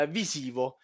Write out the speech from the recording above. visivo